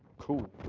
cool.